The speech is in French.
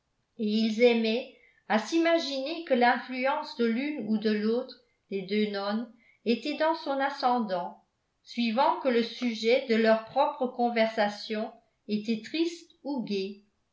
ils aimaient à s'imaginer que l'influence de l'une ou de l'autre des deux nonnes était dans son ascendant suivant que le sujet de leur propre conversation était triste ou gai